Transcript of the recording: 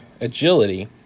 agility